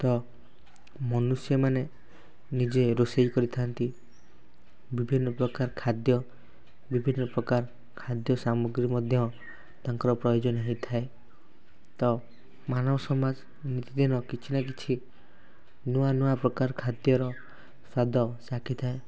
ତ ମନୁଷ୍ୟମାନେ ନିଜେ ରୋଷେଇ କରିଥାନ୍ତି ବିଭିନ୍ନ ପ୍ରକାର ଖାଦ୍ୟ ବିଭିନ୍ନ ପ୍ରକାର ଖାଦ୍ୟ ସାମଗ୍ରୀ ମଧ୍ୟ ତାଙ୍କର ପ୍ରୟୋଜନ ହେଇଥାଏ ତ ମାନବ ସମାଜ ନିତିଦିନ କିଛି ନା କିଛି ନୂଆ ନୂଆ ପ୍ରକାର ଖାଦ୍ୟର ସ୍ୱାଦ ଚାଖିଥାଏ